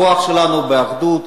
הכוח שלנו הוא באחדות.